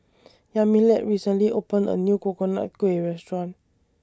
Yamilet recently opened A New Coconut Kuih Restaurant